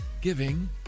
giving